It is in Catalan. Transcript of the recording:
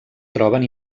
troben